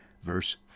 Verse